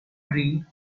green